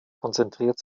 konzentriert